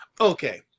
Okay